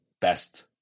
best